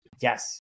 Yes